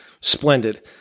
splendid